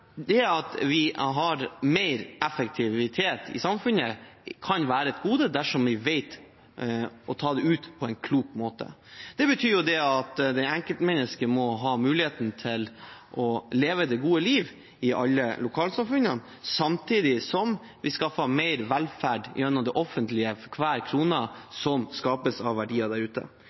Det at vi har mer effektivitet i samfunnet, kan være et gode dersom vi vet å ta det ut på en klok måte. Det betyr at enkeltmennesket må ha mulighet til å leve det gode liv i alle lokalsamfunn, samtidig som vi skaffer mer velferd gjennom det offentlige for hver krone som skapes av verdier der ute.